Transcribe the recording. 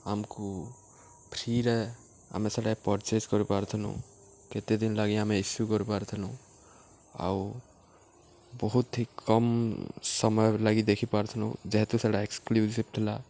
ଆମ୍କୁ ଫ୍ରିରେ ଆମେ ସେଟାକେ ପର୍ଚେଜ୍ କରିପାରୁଥିନୁ କେତେ ଦିନ୍ ଲାଗି ଆମେ ଇସ୍ୟୁ କରିପାରିଥିନୁ ଆଉ ବହୁତ୍ ହି କମ୍ ସମୟ ଲାଗି ଦେଖି ପାରଥିନୁ ଯେହେତୁ ସେଟା ଏକ୍ସକ୍ଲୁସିଭ୍ ଥିଲା